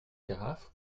carafe